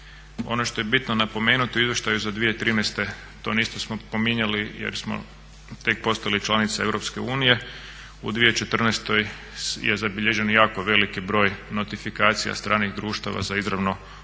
Ono što je bitno napomenuti u izvještaju za 2013.to nismo spominjali jer smo tek postali članica EU, u 2014.je zabilježen jako veliki broj notifikacija stranih društava za izravno obavljanje